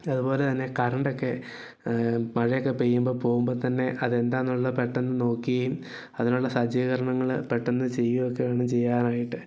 അതുപോലെതന്നെ കറണ്ട് ഒക്കെ മഴയൊക്കെ പെയ്യുമ്പോൾ പോവുമ്പോൾത്തന്നെ അത് എന്താണെന്നുള്ള പെട്ടെന്ന് നോക്കിയും അതിനുള്ള സജ്ജീകരണങ്ങൾ പെട്ടെന്ന് ചെയ്യുകയൊക്കെയാണ് ചെയ്യാനായിട്ട്